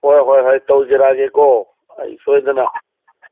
ꯍꯣꯏ ꯍꯣꯏ ꯇꯧꯖꯔꯛꯑꯒꯦꯀꯣ ꯑꯩ ꯁꯣꯏꯗꯅ